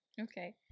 Okay